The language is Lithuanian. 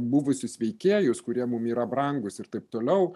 buvusius veikėjus kurie mum yra brangūs ir taip toliau